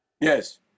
Yes